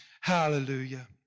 Hallelujah